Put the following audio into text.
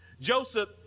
Joseph